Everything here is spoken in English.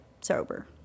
sober